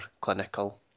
clinical